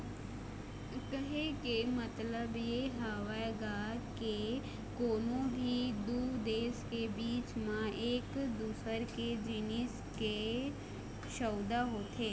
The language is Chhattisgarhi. कहे के मतलब ये हवय गा के कोनो भी दू देश के बीच म एक दूसर के जिनिस के सउदा होथे